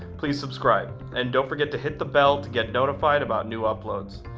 please subscribe. and don't forget to hit the bell to get notified about new uploads.